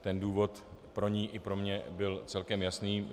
Ten důvod pro ni i pro mě byl celkem jasný.